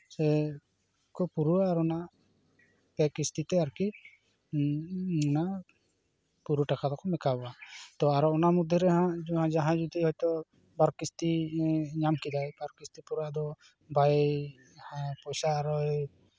ᱥᱮ ᱠᱚ ᱯᱩᱨᱟᱹᱣᱟ ᱟᱨ ᱚᱱᱟ ᱯᱮ ᱠᱤᱥᱛᱤ ᱛᱮ ᱟᱨᱠᱤ ᱚᱱᱟ ᱯᱩᱨᱟᱹ ᱴᱟᱠᱟ ᱠᱚᱠᱚ ᱢᱮᱠᱟᱯᱼᱟ ᱛᱳ ᱟᱨᱚ ᱚᱱᱟ ᱢᱚᱫᱽᱫᱷᱮ ᱨᱮᱦᱟᱸᱜ ᱡᱟᱦᱟᱸ ᱡᱩᱫᱤ ᱦᱚᱭᱛᱳ ᱵᱟᱨ ᱠᱤᱥᱛᱤ ᱧᱟᱢ ᱠᱮᱫᱟᱭ ᱵᱟᱨ ᱠᱤᱥᱛᱤ ᱯᱚᱨᱮ ᱟᱫᱚ ᱵᱟᱭ ᱯᱚᱭᱥᱟ ᱟᱨᱚᱭ